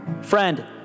friend